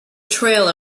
trail